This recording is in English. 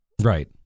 Right